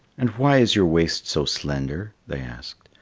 and why is your waist so slender? they asked.